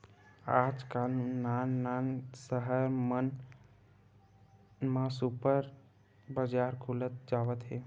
आजकाल नान नान सहर मन म सुपर बजार खुलत जावत हे